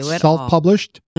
self-published